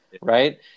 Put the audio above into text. right